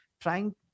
trying